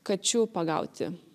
kačių pagauti